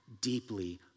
deeply